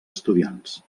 estudiants